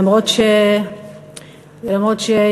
למה מסכן?